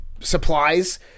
supplies